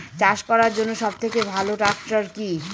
চাষ করার জন্য সবথেকে ভালো ট্র্যাক্টর কি?